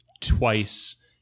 twice